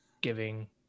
giving